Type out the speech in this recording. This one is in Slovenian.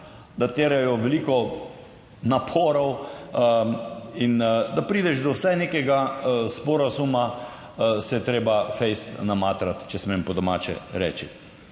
da terjajo veliko naporov, in da prideš do vsaj nekega sporazuma, se je treba fejst namatrati, če smem po domače reči.